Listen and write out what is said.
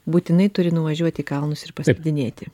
būtinai turi nuvažiuoti į kalnus ir paslidinėti